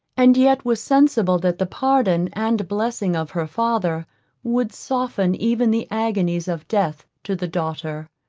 and yet was sensible that the pardon and blessing of her father would soften even the agonies of death to the daughter.